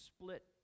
split